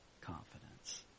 confidence